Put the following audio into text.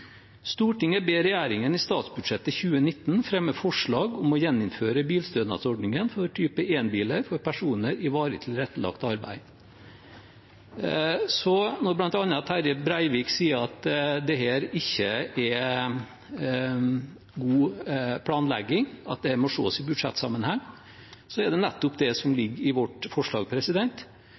ber regjeringen i statsbudsjettet 2019 fremme forslag om å gjeninnføre bilstønadsordningen for type 1-biler for personer i varig tilrettelagt arbeid.» Når bl.a. Terje Breivik sier at dette ikke er god planlegging, at dette må ses i budsjettsammenheng, er det nettopp det som ligger i vårt forslag.